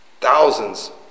Thousands